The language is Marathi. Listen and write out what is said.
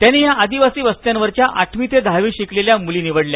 त्यांनी या आदिवासी वस्त्यावरच्या आठवी ते दहावी शिकलेल्या मुली निवडल्या